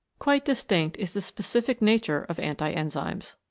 quite distinct is the specific nature of anti-enzymes.